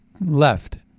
left